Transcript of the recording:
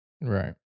Right